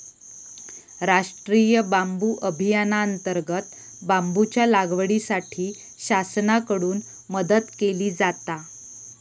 राष्टीय बांबू अभियानांतर्गत बांबूच्या लागवडीसाठी शासनाकडून मदत केली जाता